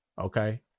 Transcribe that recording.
okay